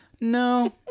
No